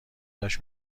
داشت